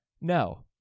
No